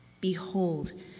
behold